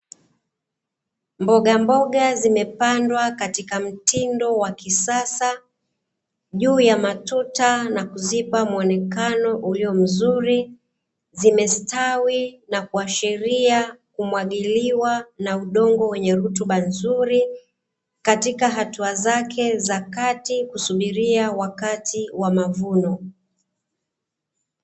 Mbogamboga zimepandwa katika mtindo wa kisasa juu ya matuta na kuzipa muonekano ulio mzuri, zimestawi na kuashiria kumwagiliwa na udongo wenye rutuba nzuri, katika hatua zake za kati kusubiria wakati wa mavuno.